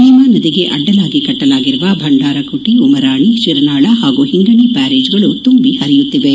ಭೀಮಾ ನದಿಗೆ ಅಡ್ಡಲಾಗಿ ಕಟ್ಟಲಾಗಿರುವ ಭಂಡಾರ ಕೋಟೆ ಉಮರಾಣಿ ಶಿರನಾಳ ಹಾಗೂ ಹಿಂಗಣಿ ಬ್ಯಾರೇಜ್ಗಳು ತುಂಬಿ ಹರಿಯುತ್ತಿವೆ